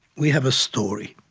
we have a story.